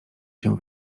się